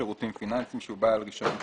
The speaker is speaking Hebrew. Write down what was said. שירותים פיננסיים שהוא בעל רישיון בסיסי,